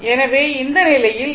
எனவே இந்த நிலையில் ஈ